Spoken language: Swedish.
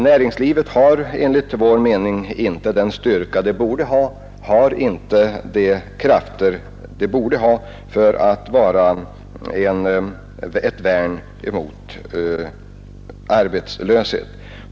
Näringslivet har enligt centerns mening inte den styrka det borde ha för att vara ett värn mot arbetslöshet.